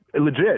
legit